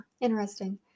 Interesting